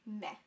meh